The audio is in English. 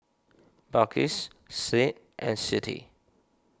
Balqis Said and Siti